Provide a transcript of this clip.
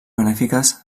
benèfiques